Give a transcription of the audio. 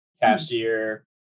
cashier